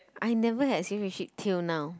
I never had serious relationship till now